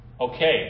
Okay